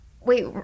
Wait